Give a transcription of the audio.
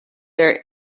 their